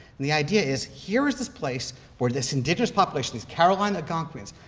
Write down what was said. and the idea is here is this place where this indigenous population, these caroline algonquins,